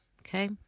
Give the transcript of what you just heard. Okay